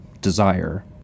desire